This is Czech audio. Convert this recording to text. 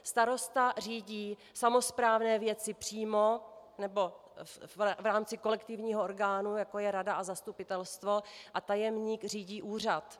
Starosta řídí samosprávné věci přímo nebo v rámci kolektivního orgánu, jako je rada a zastupitelstvo, a tajemník řídí úřad.